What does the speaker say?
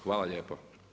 Hvala lijepo.